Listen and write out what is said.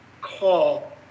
call